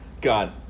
God